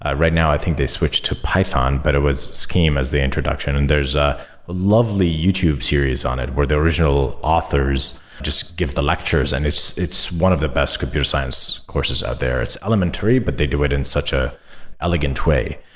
right now i think they switched to python, but it was scheme as the introduction and there's a lovely youtube series on it where the original authors just give the lectures and it's it's one of the best computer science courses out there. it's elementary, but they do it in such an ah elegant way.